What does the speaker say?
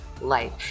life